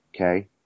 Okay